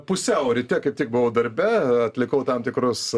pusiau ryte kaip tik buvau darbe atlikau tam tikrus